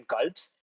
cults